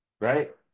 right